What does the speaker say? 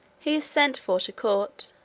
he is sent for to court.